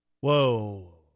Whoa